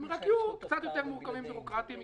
הם רק יהיו קצת יותר מורכבים ובירוקרטיים,